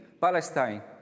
Palestine